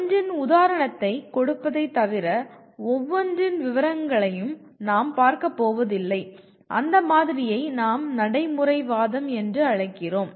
ஒன்றின் உதாரணத்தைக் கொடுப்பதைத் தவிர ஒவ்வொன்றின் விவரங்களையும் நாம் பார்க்கப் போவதில்லை அந்த மாதிரியை நாம் "நடைமுறைவாதம்" என்று அழைக்கிறோம்